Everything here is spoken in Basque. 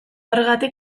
horregatik